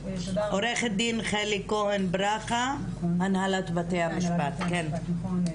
עו"ד חלי כהן ברכה, הנהלת בתי המשפט, כן.